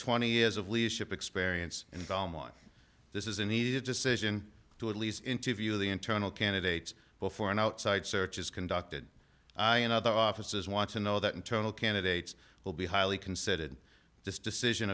twenty years of leadership experience and all mine this is an easy decision to at least interview the internal candidates before an outside search is conducted in other offices want to know that internal candidates will be highly considered this decision